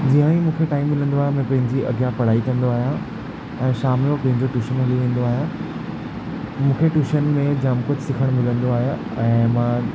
जीअं ही मूंखे टाइम मिलंदो आहे मां पंहिंजी अॻियां पढ़ाई कंदो आहियां ऐं शाम जो पंहिंजे ट्यूशन हली वेंदो आहियां मूंखे ट्यूशन में जाम कुझु सिखणु मिलंदो आहे ऐं मां